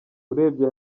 urebye